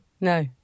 No